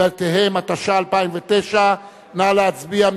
לבתיהם, התש"ע 2009, נא להצביע.